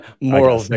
Moral